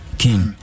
king